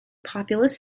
populous